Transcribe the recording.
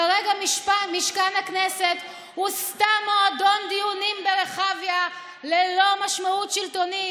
כרגע משכן הכנסת הוא סתם מועדון דיונים ברחביה ללא משמעות שלטונית,